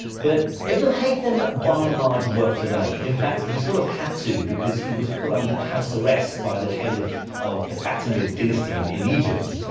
but ibn al-haytham by and large worked alone. in fact he sort of had to because he was put under house arrest by the caliph of the fatimid dynasty and in egypt,